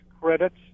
credits